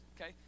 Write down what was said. okay